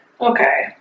Okay